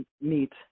meet